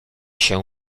się